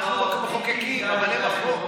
אנחנו רק המחוקקים, אבל הם החוק.